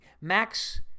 Max